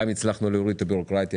גם הצלחנו להוריד את הביורוקרטיה,